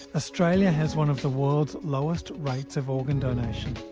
australia has one of the world's lowest rates of organ donation.